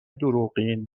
دروغین